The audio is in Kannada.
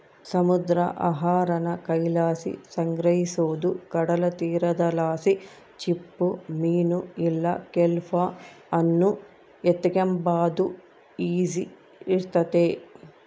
ಸಮುದ್ರ ಆಹಾರಾನ ಕೈಲಾಸಿ ಸಂಗ್ರಹಿಸೋದು ಕಡಲತೀರದಲಾಸಿ ಚಿಪ್ಪುಮೀನು ಇಲ್ಲ ಕೆಲ್ಪ್ ಅನ್ನು ಎತಿಗೆಂಬಾದು ಈಸಿ ಇರ್ತತೆ